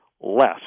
less